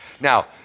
Now